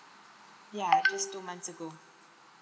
ya just two months ago